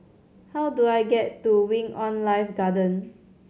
how do I get to Wing On Life Garden